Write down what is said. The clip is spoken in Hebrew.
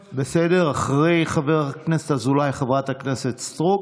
אחרי חבר הכנסת אזולאי, חברת הכנסת סטרוק,